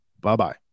bye-bye